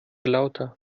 lauter